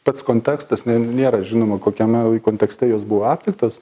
pats kontekstas ne nėra žinoma kokiame kontekste jos buvo aptiktos